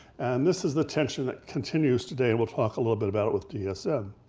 and this is the tension that continues today. we'll talk a little bit about it with dsm.